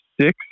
six